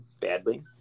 badly